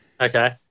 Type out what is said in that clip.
Okay